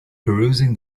perusing